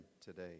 today